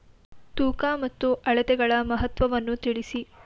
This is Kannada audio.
ತೂಕ ಮತ್ತು ಅಳತೆಗಳ ಮಹತ್ವವನ್ನು ತಿಳಿಸಿ?